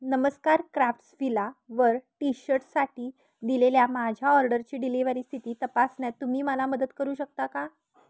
नमस्कार crafts villa वर टीशर्टसाठी दिलेल्या माझ्या ऑर्डरची डिलिव्हरी स्थिती तपासण्यात तुम्ही मला मदत करू शकता का